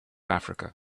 africa